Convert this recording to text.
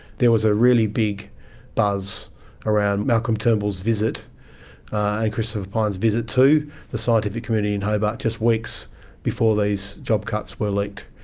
there was a really big buzz around malcolm turnbull's visit and christopher pyne's visit to the scientific community in hobart just weeks before these job cuts were leaked.